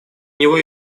него